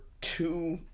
two